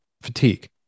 fatigue